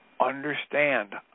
Understand